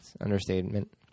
understatement